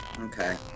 Okay